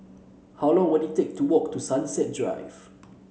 how long will it take to walk to Sunrise Drive